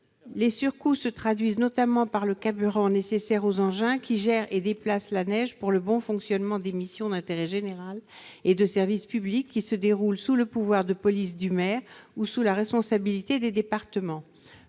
Les surcoûts se traduisent notamment par le carburant nécessaire aux engins qui gèrent et déplacent la neige pour le bon fonctionnement des missions d'intérêt général et de service public, qui se déroulent sous le pouvoir de police du maire ou sous la responsabilité des départements.